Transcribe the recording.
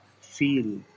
feel